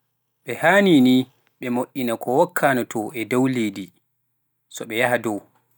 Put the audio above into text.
E haani ni, ɓe mo"ina ko wokkaano to e dow leydi, so ɓe yaha dow.